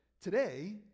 today